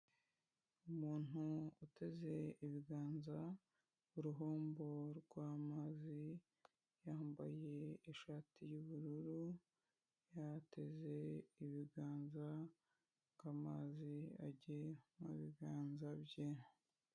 Umuntu uteze ibiganza uruhombo rw'amazi yambaye ishati y'ubururu yateze ibiganza kamazi agenda mu biganza bye.